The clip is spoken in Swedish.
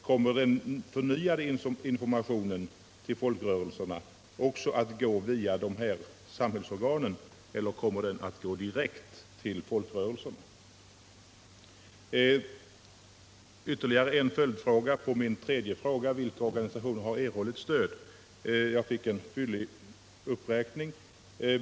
Kommer den förnyade informationen till folkrörelserna också att gå via de här samhällsorganen, eller kommer den att gå direkt till folkrörelserna? Ytterligare en följdfråga. På min tredje fråga, vilka organisationer som har erhållit stöd, fick jag en fyllig uppräkning.